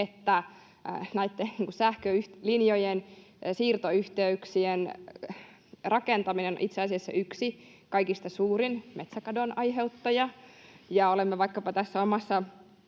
näitten sähkölinjojen siirtoyhteyksien rakentaminen on itse asiassa yksi kaikista suurin metsäkadon aiheuttaja, ja olemme vaikkapa tässä omassa